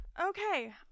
Okay